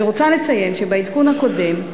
אני רוצה לציין שבעדכון הקודם,